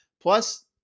Plus